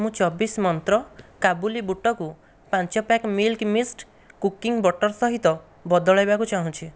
ମୁଁ ଚବିଶ ମନ୍ତ୍ର କାବୁଲି ବୁଟକୁ ପାଞ୍ଚ pack milk mist cooking butter ସହିତ ବଦଳାଇବାକୁ ଚାହୁଁଛି